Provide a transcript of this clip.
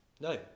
No